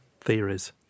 theories